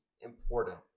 important